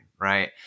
right